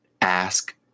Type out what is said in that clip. ask